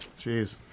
jeez